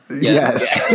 Yes